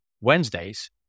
Wednesdays